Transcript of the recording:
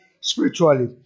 spiritually